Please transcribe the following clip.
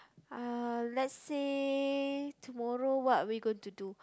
uh let's say tomorrow what are we going to do